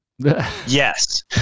Yes